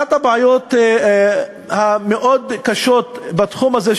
אחת הבעיות המאוד-קשות בתחום הזה,